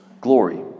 glory